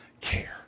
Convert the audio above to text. care